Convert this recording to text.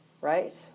Right